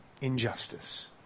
Injustice